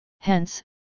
Hence